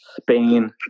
Spain